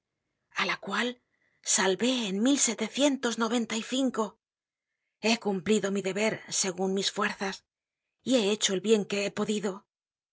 á la cual salvé en he cumplido mi deber segun mis fuerzas y he hecho el bien que he podido